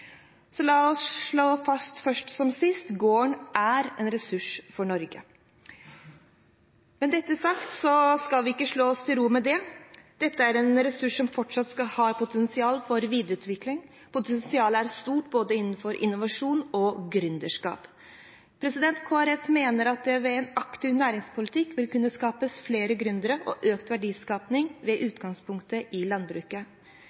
La oss slå det fast først som sist: Gården er en ressurs for Norge. Med dette sagt, skal vi ikke slå oss til ro med det. Dette er en ressurs som fortsatt har potensial for videreutvikling. Potensialet er stort innenfor både innovasjon og gründerskap. Kristelig Folkeparti mener at det ved en aktiv næringspolitikk vil kunne skapes flere gründere og økt verdiskaping med utgangspunkt i landbruket.